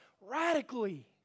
radically